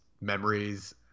memories